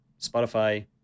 Spotify